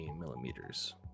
millimeters